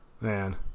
Man